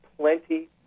plenty